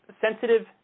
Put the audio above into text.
sensitive